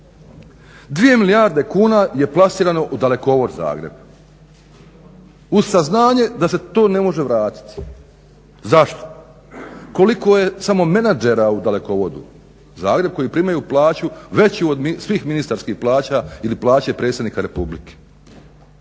2 milijarde kuna je plasirano u Dalekovod Zagreb uz saznanje da se to ne može vratiti. Zašto? Koliko je samo menadžera u Dalekovodu Zagreb koji primaju plaću veću od svih ministarskih plaća ili plaće predsjednika Republike?